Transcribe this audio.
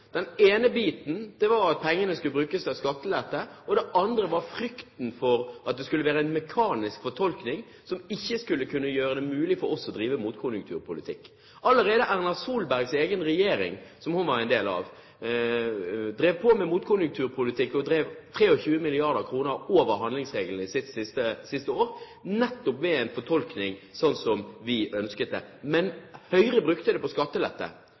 ene var at pengene skulle brukes til skattelette, og det andre var frykten for at det skulle være en mekanisk fortolkning som ikke ville gjøre det mulig for oss å drive motkonjunkturpolitikk. Allerede den regjeringen Erna Solberg var en del av, drev med motkonjunkturpolitikk og drev for 23 mrd. kr over handlingsregelen i sitt siste år, nettopp ved en sånn fortolkning som vi ønsket. Men Høyre brukte det på skattelette.